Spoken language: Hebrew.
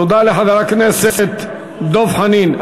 תודה לחבר הכנסת דב חנין.